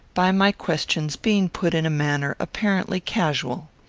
by my questions being put in a manner apparently casual.